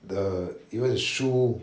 the even the shoe